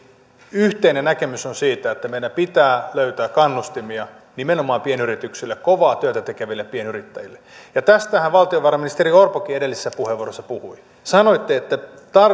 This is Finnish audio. yhteinen näkemys on siitä että meidän pitää löytää kannustimia nimenomaan pienyrityksille kovaa työtä tekeville pienyrittäjille ja tästähän valtiovarainministeri orpokin edellisessä puheenvuorossaan puhui sanoitte että